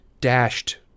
dashed